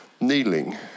kneeling